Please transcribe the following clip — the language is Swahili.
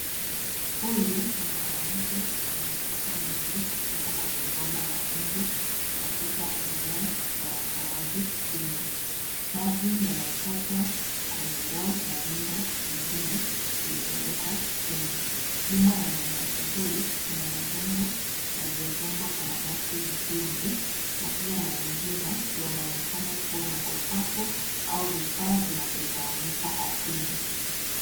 Huyu ni mwanamke anayechota maji kutoka kwenye bomba la nje, katika eneo la makaazi duni. Maji yanachotwa kwenye ndoo na vyombo vingine, vilivyowekwa chini. Nyuma ya mwanamke huyu, kuna majengo yaliyojengwa kwa mabati duni na pia mazingira yanaonekana kuwa na uchafu au vifaa vinavyotawanyika ardhini.